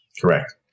Correct